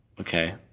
Okay